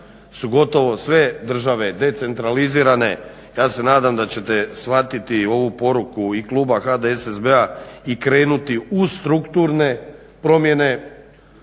su gotovo sve države decentralizirane ja se nadam da ćete shvatiti ovu poruku i kluba HDSSB-a i krenuti u strukturne promjene